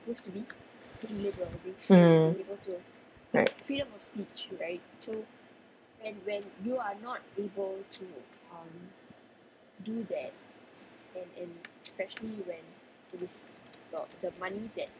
hmm right